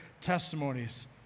testimonies